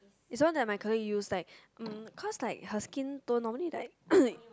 is one that my colleague use like mm cause her skin tone normally like